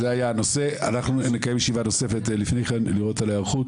אנחנו נקיים ישיבה נוספת לגבי ההיערכות.